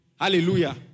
Hallelujah